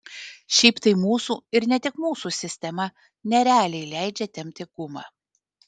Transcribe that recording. šiaip tai mūsų ir ne tik mūsų sistema nerealiai leidžia tempti gumą